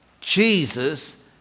Jesus